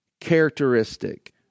characteristic